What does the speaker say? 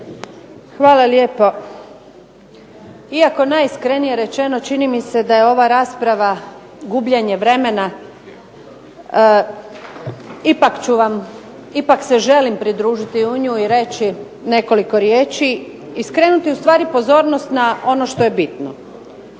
Hvala lijepo. Iako najiskrenije rečeno čini mi se da ova rasprava gubljenje vremena ipak se želim pridružiti u nju i reći nekoliko riječi i ustvari skrenuti pozornost na ono što je bitno.